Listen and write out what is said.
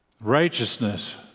righteousness